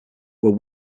were